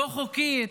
לא חוקית,